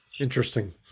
Interesting